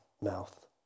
mouth